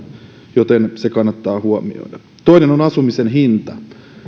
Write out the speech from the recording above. joten se kannattaa huomioida toinen on asumisen hinta